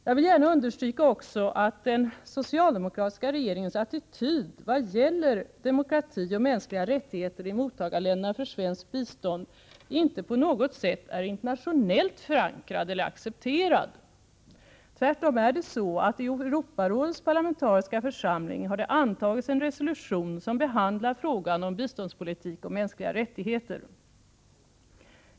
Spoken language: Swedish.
Jag vill gärna understryka att den socialdemokratiska regeringens attityd vad gäller demokrati och mänskliga rättigheter i mottagarländerna för svenskt bistånd inte på något sätt är internationellt förankrad eller accepterad. Tvärtom är det så att i Europarådets parlamentariska församling har det antagits en resolution som behandlar frågan om biståndspolitik och mänskliga rättigheter.